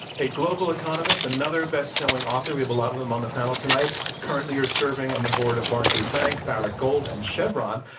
a global economist, another best-selling author. we have a lot of them on the panel tonight. currently, you're serving on the board of barclays bank, barrick gold, and chevron.